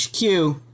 HQ